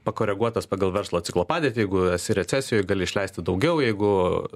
pakoreguotas pagal verslo ciklo padėtį jeigu esi recesijoj gali išleisti daugiau jeigu